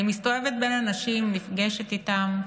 אני מסתובבת בין אנשים, נפגשת איתם,